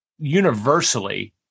universally